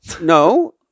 No